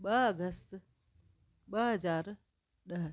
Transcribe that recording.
ॿ अगस्त ॿ हज़ार ॾह